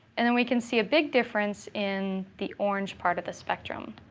and then we can see a big difference in the orange part of the spectrum.